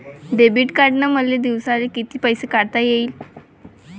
Debit कार्डनं मले दिवसाले कितीक पैसे काढता येईन?